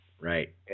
Right